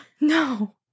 No